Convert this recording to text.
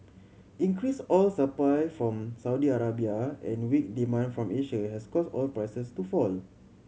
increased oil supply from Saudi Arabia and weak demand from Asia has caused oil prices to fall